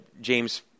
James